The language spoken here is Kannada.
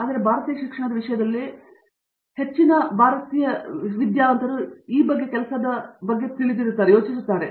ಆದ್ದರಿಂದ ಭಾರತೀಯ ಶಿಕ್ಷಣದ ವಿಷಯದಲ್ಲಿ ನಾನು ಭಾರತದಲ್ಲಿ ಹೆಚ್ಚಿನ ವಿದ್ಯಾವಂತರು ಅಥವಾ ಈ ಕೆಲಸದ ಬಗ್ಗೆ ಯೋಚಿಸುತ್ತಿದ್ದೇನೆ